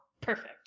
perfect